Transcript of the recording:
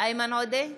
איימן עודה,